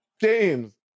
James